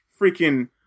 freaking